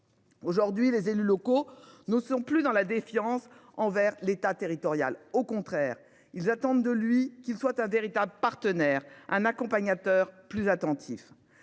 Aujourd'hui, les élus locaux. Nous ne sont plus dans la défiance envers l'État, territorial, au contraire, ils attendent de lui qu'il soit un véritable partenaire un accompagnateur plus attentifs.